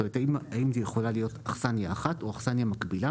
האם זו יכולה להיות אכסניה אחת או אכסניה מקבילה,